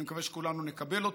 אני מקווה שכולנו נקבל אותו,